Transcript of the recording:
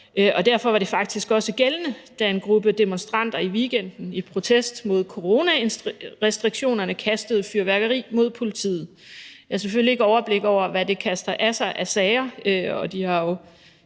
Og derfor var det faktisk også gældende, da en gruppe demonstranter i weekenden i protest mod coronarestriktionerne kastede fyrværkeri mod politiet. Jeg har selvfølgelig ikke overblik over, hvad det kaster af sig af sager, og de har jo